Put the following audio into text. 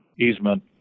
easement